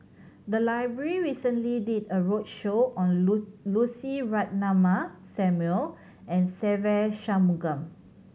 the library recently did a roadshow on Lucy Ratnammah Samuel and Se Ve Shanmugam